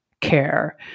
care